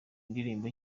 indirimbo